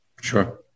sure